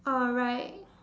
oh right